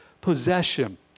possession